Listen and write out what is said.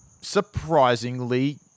Surprisingly